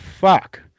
fuck